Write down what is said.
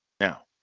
Now